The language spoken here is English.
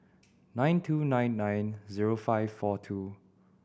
nine two nine nine zero five four two